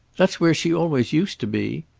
that's where she always used to be.